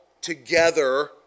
together